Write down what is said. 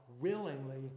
willingly